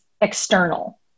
external